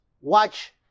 watch